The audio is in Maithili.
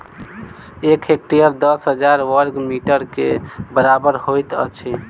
एक हेक्टेयर दस हजार बर्ग मीटर के बराबर होइत अछि